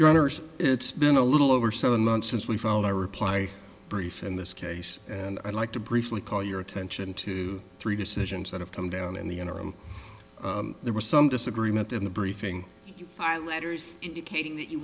honors it's been a little over seven months since we found our reply brief in this case and i'd like to briefly call your attention to three decisions that have come down in the interim there were some disagreement in the briefing our letters indicating that you